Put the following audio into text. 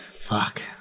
fuck